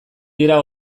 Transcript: dira